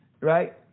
Right